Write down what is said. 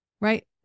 right